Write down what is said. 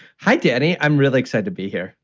hi, daddy. i'm really excited to be here.